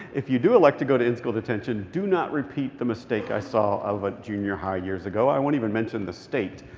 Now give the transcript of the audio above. if you do elect to go to in-school detention, do not repeat the mistake i saw of a junior high years ago. i won't even mention the state.